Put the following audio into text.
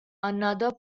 another